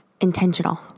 intentional